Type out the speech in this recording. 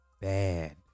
Bad